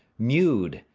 mewed,